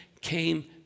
came